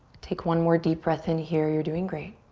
take one more deep breath in here. you're doing great.